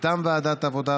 מטעם ועדת העבודה,